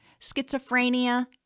schizophrenia